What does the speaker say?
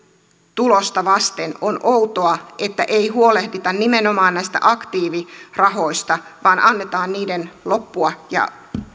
tulosta vasten on outoa että ei huolehdita nimenomaan näistä aktiivirahoista vaan annetaan niiden loppua ja